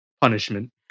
punishment